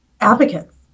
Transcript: advocates